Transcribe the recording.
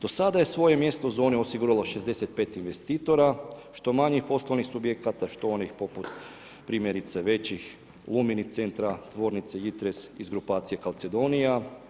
Do sada je svoje mjesto zone osiguralo 65 investitora, što manjih poslovnih subjekata, što onih poput primjerice većih luminicentra, tvornice Jitres iz grupacije Calzedonia.